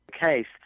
case